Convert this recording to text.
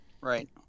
Right